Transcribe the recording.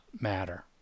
matter